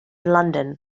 london